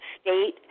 state